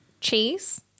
cheese